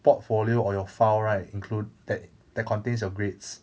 portfolio or your file right include that that contains your grades